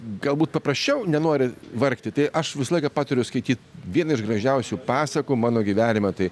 galbūt paprasčiau nenori vargti tai aš visą laiką patariu skaityt vieną iš gražiausių pasakų mano gyvenime tai